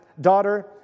daughter